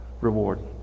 reward